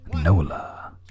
nola